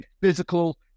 physical